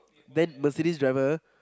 then Mercedes driver